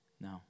No